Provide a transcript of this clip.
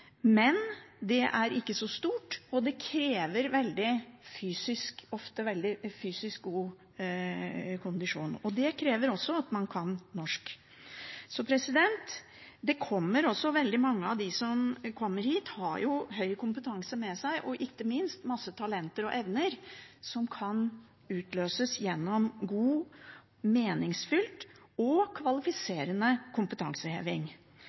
men det er ikke så stort, og det krever ofte veldig god fysisk kondisjon. Det krever også at man kan norsk. Veldig mange av dem som kommer hit, har høy kompetanse med seg og ikke minst mange talenter og evner som kan utløses gjennom god, meningsfylt og kvalifiserende kompetanseheving.